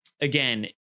again